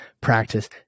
practice